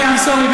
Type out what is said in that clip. I'm sorry,